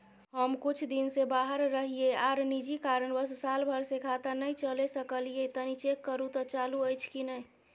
हम कुछ दिन से बाहर रहिये आर निजी कारणवश साल भर से खाता नय चले सकलियै तनि चेक करू त चालू अछि कि नय?